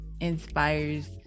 inspires